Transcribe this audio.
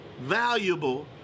valuable